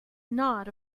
not